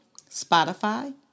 Spotify